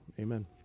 Amen